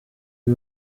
uri